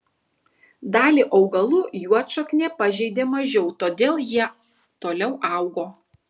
dalį augalų juodšaknė pažeidė mažiau todėl jie toliau augo